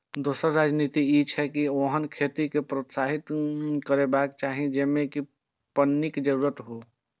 दोसर रणनीति ई छै, जे ओहन खेती कें प्रोत्साहित करबाक चाही जेइमे कम पानिक जरूरत हो